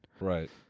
Right